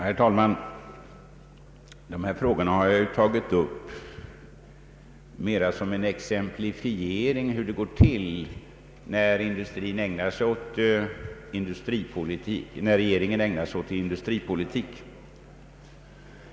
Herr talman! Dessa frågor har jag tagit upp mera som en exemplifiering av hur det går till när regeringen ägnar sig åt industripolitik.